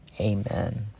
amen